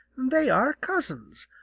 they are cousins.